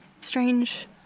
strange